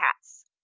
cats